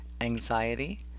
anxiety